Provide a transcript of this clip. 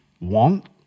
want